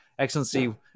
Excellency